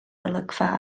olygfa